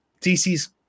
dc's